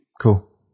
Cool